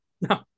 No